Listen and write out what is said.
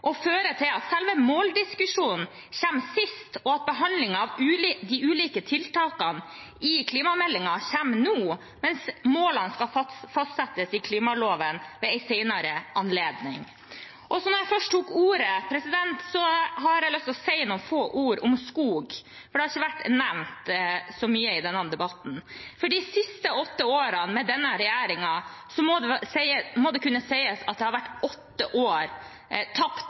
til at selve måldiskusjonen kommer sist og behandlingen av de ulike tiltakene i klimameldingen kommer nå, mens målene skal fastsettes i klimaloven ved en senere anledning. Når jeg først tok ordet, har jeg også lyst til å si noen få ord om skog, for det har ikke vært nevnt så mye i denne debatten. De siste åtte årene, med denne regjeringen, må sies å ha vært åtte tapte år for satsingen på norsk skog. I klimaforliket i 2012 sa et klart flertall på Stortinget at